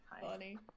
Funny